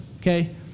okay